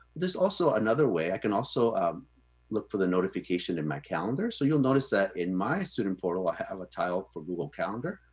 there's also another way, i can also um look for the notification in my calendar. so you'll notice that in my student portal, i have a tile for google calendar.